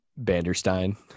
banderstein